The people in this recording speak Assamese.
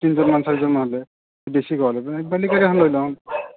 তিনিজনমান চাৰিজনমান হ'লে বেছিকৈ হ'লে বেলেগ গাড়ী এখন লৈ ল'ম